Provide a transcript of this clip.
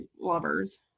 lovers